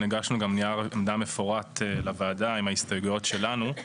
הגשנו גם נייר עמדה מפורט לוועדה עם ההסתייגויות שלנו.